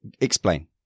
Explain